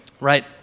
right